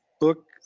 book